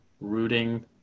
rooting